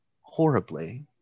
horribly